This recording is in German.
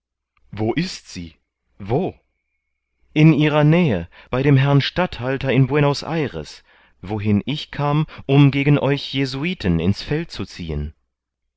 wo ist sie wo in ihrer nähe bei dem herrn statthalter in buenos ayres wohin ich kam um gegen euch jesuiten ins feld zu ziehen